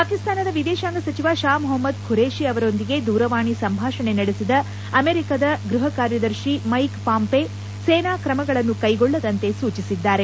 ಪಾಕಿಸ್ತಾನದ ವಿದೇಶಾಂಗ ಸಚಿವ ಶಾ ಮೊಹಮ್ಸದ್ ಖುರೇಷಿ ಅವರೊಂದಿಗೆ ದೂರವಾಣಿ ಸಂಭಾಷಣೆ ನಡೆಸಿದ ಅಮೆರಿಕದ ಗೃಹ ಕಾರ್ಯದರ್ಶಿ ಮ್ನೆಕ್ ಪಾಂಪೆ ಸೇನಾ ಕ್ರಮಗಳನ್ನು ಕ್ಕೆಗೊಳ್ಲದಂತೆ ಸೂಚಿಸಿದ್ದಾರೆ